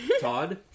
Todd